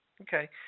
Okay